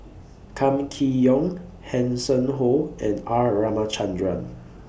Kam Kee Yong Hanson Ho and R Ramachandran